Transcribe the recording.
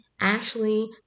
Ashley